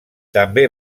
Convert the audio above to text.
també